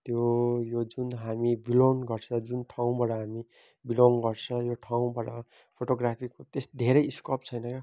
त्यो यो जुन हामी बिलोङ्ग गर्छ जुन ठाउँबाट हामी बिलोङ्ग गर्छ यो ठाउँबाट फोटोग्राफीको त्यस धेरै स्कोप छैन